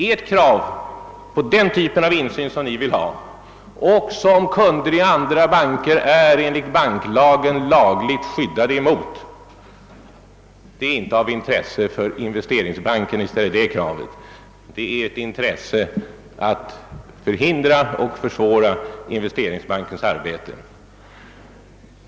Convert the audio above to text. Ert krav på insyn av den typ ni vill ha och som kunder i andra banker är skyddade mot av banklagen reser ni inte av något intresse för Investeringsbanken, utan ert intresse är att för hindra och försvåra Investeringsbankens arbete.